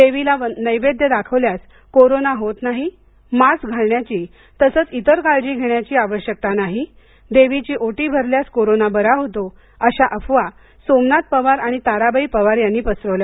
देवीला नैवेद्य दिल्यास कोरोना होत नाही मास्क घालण्याची आणि इतर काळजी घेण्याची आवश्यकता नाही देवीची ओटी भरल्यास कोरोना बरा होतो अशा अफवा सोमनाथ पवार आणि ताराबाई पवार यांनी पसरवल्या